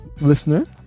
listener